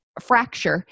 fracture